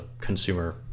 consumer